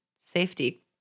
safety